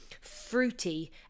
fruity